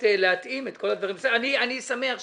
לכן עשו הגדרה נפרדת.